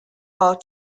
are